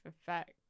effect